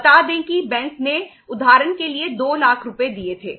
बता दें कि बैंक ने उदाहरण के लिए 2 लाख रुपये दिए थे